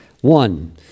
one